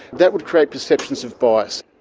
that would create perceptions of bias.